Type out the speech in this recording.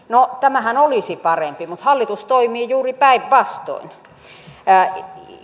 no tämähän olisi parempi mutta hallitus toimii juuri päinvastoin